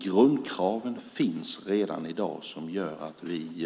Grundkraven finns redan i dag, nämligen att vi ska vara säkra när det gäller den mat vi äter.